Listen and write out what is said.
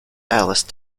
alice